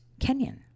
Kenyan